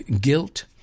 guilt